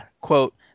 Quote